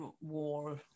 war